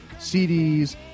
CDs